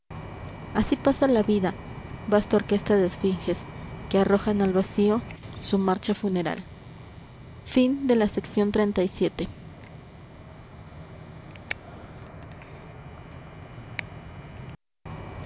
así pasa la vida vasta orquesta de esfinges que arrojan al vacío su marcha funeral